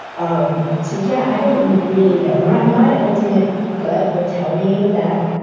um so, yeah, i don't really know. my my ultimate gut would tell me that.